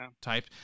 type